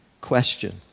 question